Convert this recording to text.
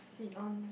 sit on me